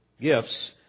gifts